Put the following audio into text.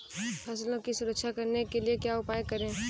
फसलों की सुरक्षा करने के लिए क्या उपाय करें?